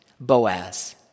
Boaz